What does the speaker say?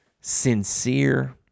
sincere